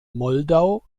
moldau